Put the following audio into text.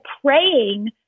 praying